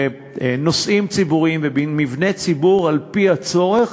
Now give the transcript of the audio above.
ובנושאים ציבוריים, מבני ציבור על-פי הצורך,